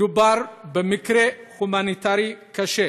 מדובר במקרה הומניטרי קשה,